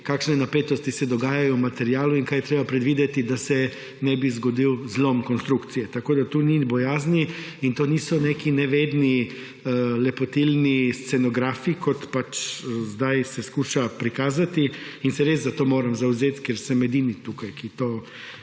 kakšne napetosti se dogajajo v materialu in kaj je treba predvideti, da se ne bi zgodil zlom konstrukcije; tako tu ni bojazni. To niso neki nevedni lepotilni scenografi, kot se zdaj skuša prikazati. In se moram res za to zavzeti, ker sem edini tukaj, ki to